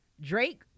Drake